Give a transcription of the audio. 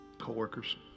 Co-workers